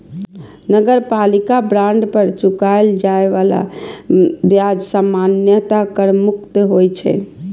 नगरपालिका बांड पर चुकाएल जाए बला ब्याज सामान्यतः कर मुक्त होइ छै